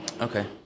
Okay